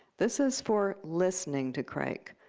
this is for listening to crake.